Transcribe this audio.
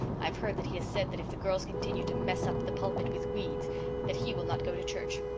i have heard that he has said that if the girls continue to mess up the pulpit with weeds that he will not go to church.